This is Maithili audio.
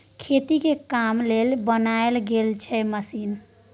खेती के काम लेल बनाएल गेल छै मशीन